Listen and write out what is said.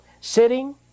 sitting